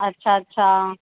अच्छा अच्छा